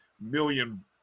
million